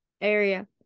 area